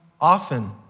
often